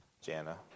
Jana